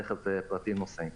רכב פרטי של נוסעים.